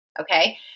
okay